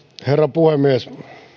herra puhemies